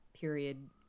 period